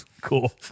cool